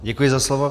Děkuji za slovo.